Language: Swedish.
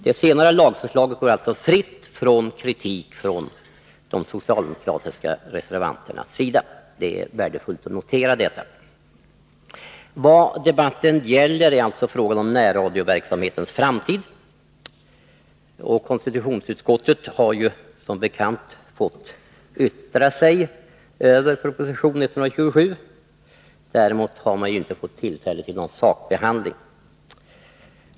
Det senare lagförslaget går alltså fritt från kritik från de socialdemokratiska reservanterna, och det är värdefullt att notera detta. Vad debatten gäller är alltså frågan om närradioverksamhetens framtid. Konstitutionsutskottet har som bekant fått yttra sig över proposition 127. Däremot har man inte fått tillfälle till någon sakbehandling.